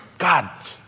God